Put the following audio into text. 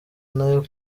nayo